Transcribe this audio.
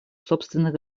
собственных